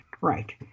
right